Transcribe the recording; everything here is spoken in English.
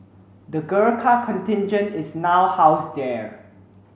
the Gurkha Contingent is now housed there